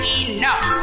enough